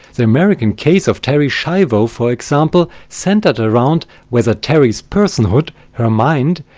the american case of terry schiavo for example centred around whether terry's person-hood her mind,